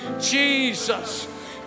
Jesus